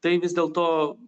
tai vis dėlto